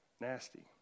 nasty